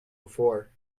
before